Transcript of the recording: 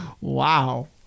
wow